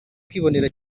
kwibonera